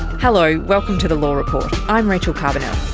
hello, welcome to the law report, i'm rachel carbonell.